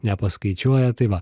nepaskaičiuoja tai va